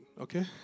okay